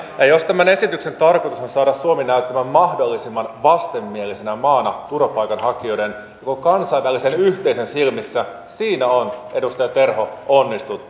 ja jos tämän esityksen tarkoitus on saada suomi näyttämään mahdollisimman vastenmielisenä maana turvapaikanhakijoiden ja koko kansainvälisen yhteisön silmissä siinä on edustaja terho onnistuttu